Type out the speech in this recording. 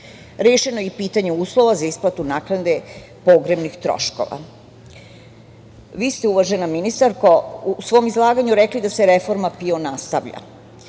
Rešeno je i pitanje uslova za isplatu naknade pogrebnih troškova. Vi ste, uvažena ministarko, u svom izlaganju rekli da se reforma PIO nastavlja.